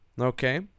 okay